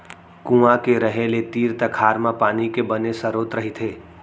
कुँआ के रहें ले तीर तखार म पानी के बने सरोत रहिथे